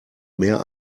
mehr